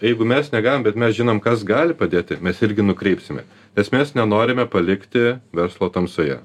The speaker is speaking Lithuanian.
jeigu mes negalim bet mes žinom kas gali padėti mes irgi nukreipsime nes mes nenorime palikti verslo tamsoje